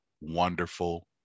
wonderful